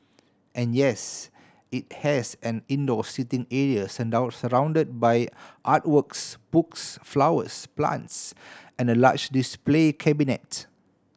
and yes it has an indoor seating area surrounded by art works books flowers plants and a large display cabinet